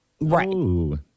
Right